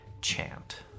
chant